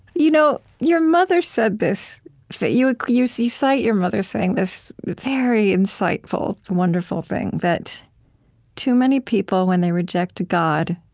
you know your mother said this you you so cite your mother saying this very insightful, wonderful thing that too many people, when they reject god,